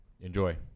Enjoy